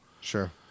Sure